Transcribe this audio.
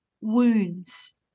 wounds